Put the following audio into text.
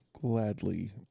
Gladly